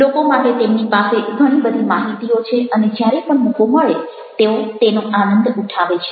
લોકો માટે તેમની પાસે ઘણી બધી માહિતીઓ છે અને જ્યારે પણ મોકો મળે તેઓ તેનો આનંદ ઉઠાવે છે